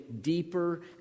deeper